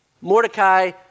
Mordecai